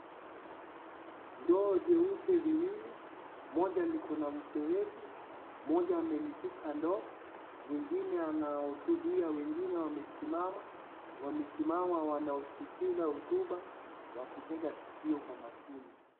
Ndoo cheupe vimwili, moja liko na mvereji, moja amelilshika ndoo mwingine anahutubia wengine wamesimama, wamesimama Wanaosikiza hotuba wakitega sikio kwa makini.